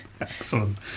Excellent